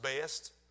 best